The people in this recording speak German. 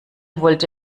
wollte